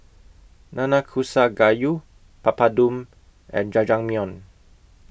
Nanakusa Gayu Papadum and Jajangmyeon